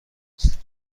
است